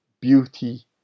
beauty